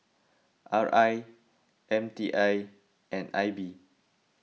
R I M T I and I B